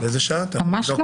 ממש לא